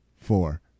four